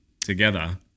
together